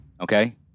Okay